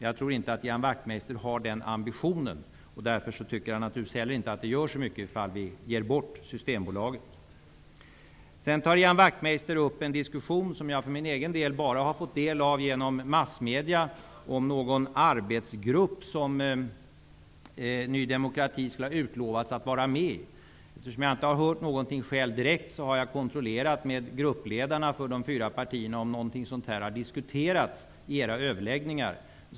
Jag tror inte att Ian Wachtmeister har den ambitionen, och därför tycker han naturligtvis inte heller att det gör så mycket om vi ger bort Ian Wachtmeister tar sedan upp en diskussion om någon arbetsgrupp som Ny demokrati skulle ha utlovats att vara med i. Eftersom jag själv inte har hört någonting direkt om det, utan bara har fått del av det genom massmedia, har jag kontrollerat med gruppledarna för de fyra partierna om något sådant har diskuterats i överläggningarna.